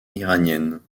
iranienne